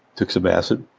took some acid,